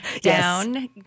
down